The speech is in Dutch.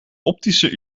optische